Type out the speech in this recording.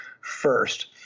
first